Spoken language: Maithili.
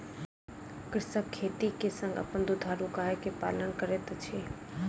कृषक खेती के संग अपन दुधारू गाय के पालन करैत अछि